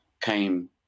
came